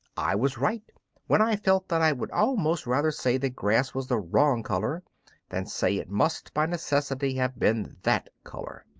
i was right when i felt that i would almost rather say that grass was the wrong colour than say it must by necessity have been that colour